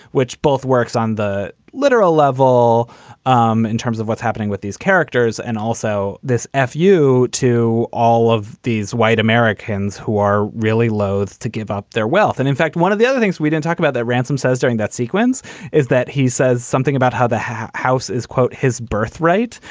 which both works on the literal level um in terms of what's happening with these characters and also this ah f-you to all of these white americans who are really loathe to give up their wealth. and in fact, one of the other things we don't talk about the ransom says during that sequence is that he says something about how the house is, quote, his birthright.